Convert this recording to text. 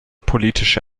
politische